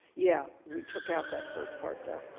yeah. we took out that first part, though.